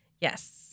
Yes